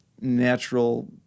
natural